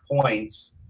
points –